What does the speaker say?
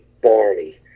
Barney